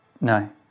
No